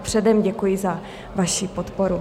Předem děkuji za vaši podporu.